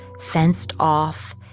fenced off,